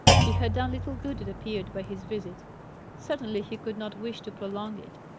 he had done little good, it appeared, by his visit certainly, he could not wish to prolong it.